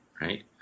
right